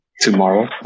Tomorrow